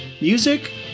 music